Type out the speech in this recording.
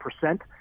percent